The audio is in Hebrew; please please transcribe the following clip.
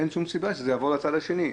אין שום סיבה שזה יעבור לצד השני.